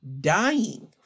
dying